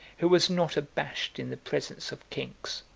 who was not abashed in the presence of kings.